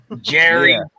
jerry